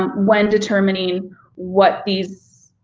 um when determining what these